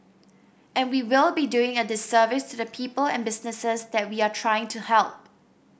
and we will be doing a disservice to the people and businesses that we are trying to help